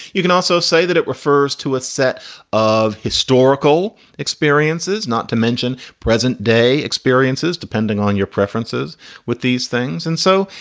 you can also say that it refers to a set of historical experiences, not to mention present day experiences, depending on your preferences with these things. and so,